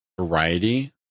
variety